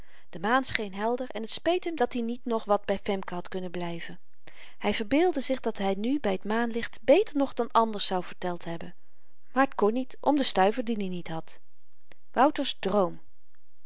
de maan scheen helder en t speet hem dat-i niet nog wat by femke had kunnen blyven hy verbeeldde zich dat hy nu by t maanlicht beter nog dan anders zou verteld hebben maar t kon niet om den stuiver dien i niet had wouter's droom